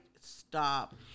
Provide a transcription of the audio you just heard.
stop